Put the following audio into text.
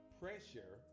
pressure